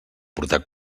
portar